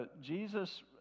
Jesus